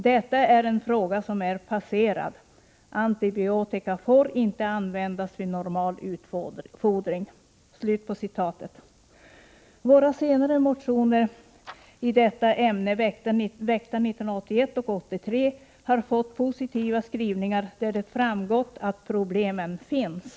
Detta är en fråga som är passerad; antibiotika får inte användas i normal utfodring.” Våra senare motioner i detta ämne, väckta 1981 och 1983, har fått positiva skrivningar, där det framgått att problemen finns.